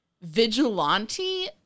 vigilante